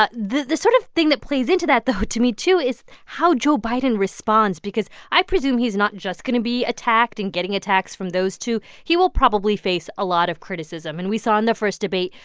but the the sort of thing that plays into that, though, to me, too, is how joe biden responds because i presume he's not just going to be attacked and getting attacks from those two. he will probably face a lot of criticism and we saw in the first debate,